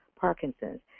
Parkinson's